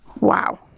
Wow